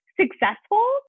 successful